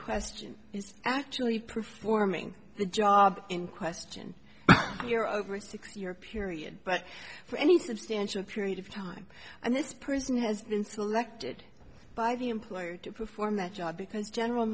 question is actually performing the job in question here over a six year period but for any substantial period of time and this person has been selected by the employer to perform that job because general